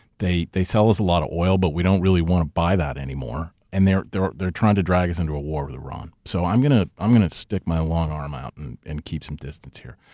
they they sell us a lot of oil, but we don't really wanna buy that anymore. and they're they're trying to drag us into a war with iran. so i'm gonna i'm gonna stick my long arm out and and keep some distance here.